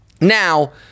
Now